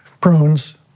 prunes